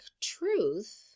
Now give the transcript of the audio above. truth